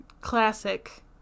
classic